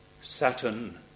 Saturn